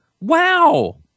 Wow